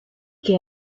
que